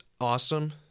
awesome